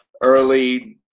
early